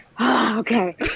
Okay